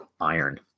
iron